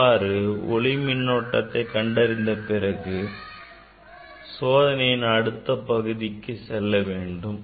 இவ்வாறு ஒளி மின்னோட்டத்தை கண்டறிந்த பிறகு சோதனையின் அடுத்த பகுதிக்கு செல்ல வேண்டும்